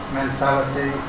mentality